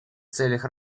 целях